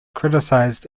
criticized